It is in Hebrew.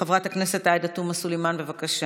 חברת הכנסת עאידה תומא סלימאן, בבקשה.